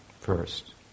first